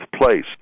place